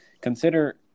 consider